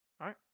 right